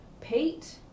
Pete